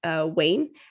Wayne